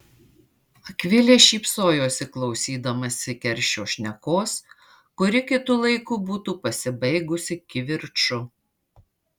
akvilė šypsojosi klausydamasi keršio šnekos kuri kitu laiku būtų pasibaigusi kivirču